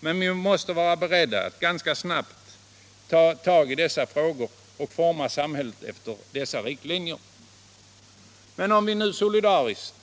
Men vi måste vara beredda att ganska snabbt ta tag i dessa frågor och forma samhället efter dessa riktlinjer. Om vi nu solidariskt